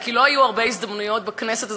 כי לא היו הרבה הזדמנויות בכנסת הזאת,